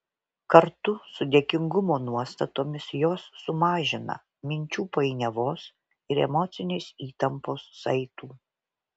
kartu su dėkingumo nuostatomis jos sumažina minčių painiavos ir emocinės įtampos saitų